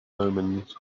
omens